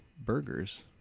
burgers